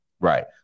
Right